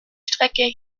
strecke